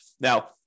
Now